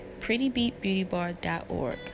prettybeatbeautybar.org